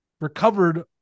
recovered